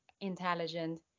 intelligent